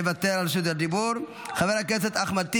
מוותר על רשות הדיבור, חבר הכנסת אחמד טיבי,